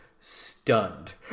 Stunned